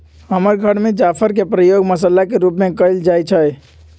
हमर घर में जाफर के प्रयोग मसल्ला के रूप में कएल जाइ छइ